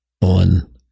on